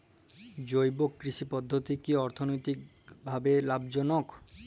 জৈব কৃষি পদ্ধতি কি অর্থনৈতিকভাবে লাভজনক?